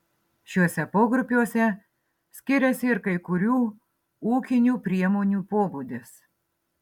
šiuose pogrupiuose skiriasi ir kai kurių ūkinių priemonių pobūdis